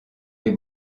les